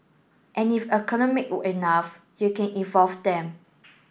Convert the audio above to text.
and if accumulate enough you can evolve them